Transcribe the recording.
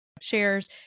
shares